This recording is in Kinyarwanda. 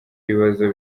ibibazo